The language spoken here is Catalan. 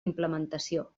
implementació